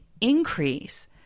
increase